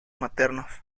maternos